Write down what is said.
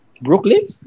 Brooklyn